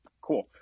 cool